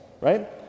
right